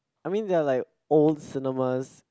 I mean there are like old cinemas